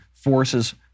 Forces